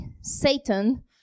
Satan